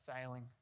failing